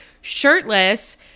shirtless